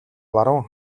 баруун